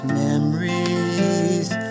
memories